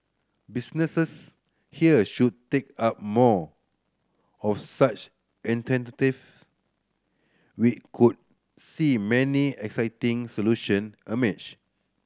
businesses here should take up more of such we could see many exciting solution